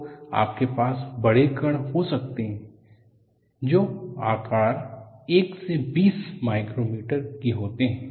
तो आपके पास बड़े कण हो सकते हैं जो आकार 1 से 20 माइक्रोमीटर के होते हैं